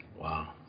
Wow